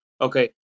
Okay